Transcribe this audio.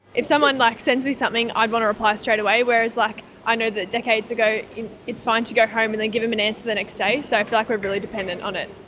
if someone, like, sends me something i want to reply straight away, whereas like i know that decades ago it's fine to go home and then give them an answer the next day. so i feel like we are really dependent on it.